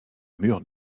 mur